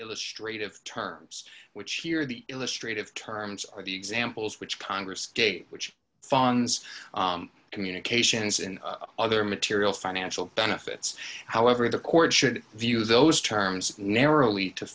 illustrate of terms which here the illustrate of terms of the examples which congress gave which funds communications and other material financial benefits however the court should view those terms narrowly to